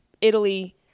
Italy